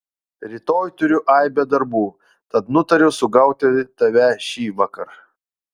rytoj turiu aibę darbų tad nutariau sugauti tave šįvakar